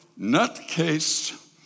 nutcase